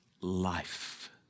life